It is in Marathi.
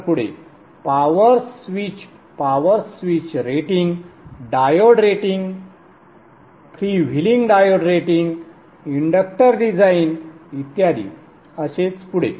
तर पुढे powers switch powers switch rating diode rating freewheeling diode rating inductor design इत्यादी असेच पुढे